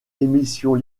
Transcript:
émissions